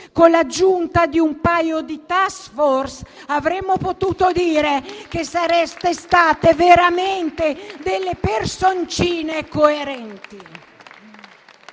con l'aggiunta di un paio di *task force* avremmo potuto dire che sareste state delle personcine veramente